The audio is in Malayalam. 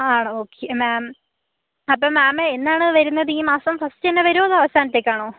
ആണോ ഓക്കെ മാമ് അപ്പം മാമ് എന്നാണ് വരുന്നത് ഈ മാസം ഫർസ്റ്റ് തന്നെ വരുവോ അതോ അവസാനത്തേക്കാണോ